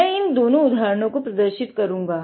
मै इन दोनों उदाहरनो को प्रदर्षित करूंगा